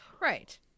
Right